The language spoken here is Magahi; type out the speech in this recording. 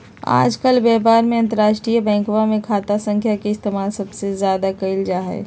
आजकल व्यापार में अंतर्राष्ट्रीय बैंकवा के खाता संख्या के इस्तेमाल सबसे ज्यादा कइल जाहई